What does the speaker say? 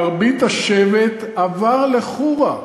מרבית השבט עבר לחורה.